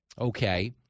okay